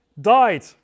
died